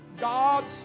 God's